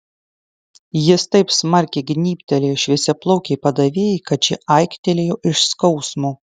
jis taip smarkiai gnybtelėjo šviesiaplaukei padavėjai kad ši aiktelėjo iš skausmo